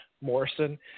Morrison